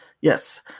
Yes